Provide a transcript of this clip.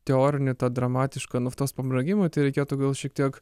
teorinę tą dramatišką naftos pabrangimą tai reikėtų gal šiek tiek